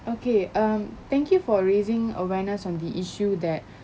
okay um thank you for raising awareness on the issue that